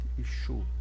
issue